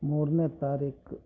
ಮೂರನೇ ತಾರೀಕು